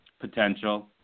potential